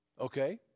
Okay